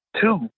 Two